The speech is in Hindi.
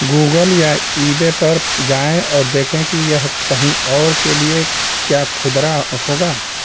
गूगल या ईबे पर जाएँ और देखें कि यह कहीं और के लिए क्या खुदरा होगा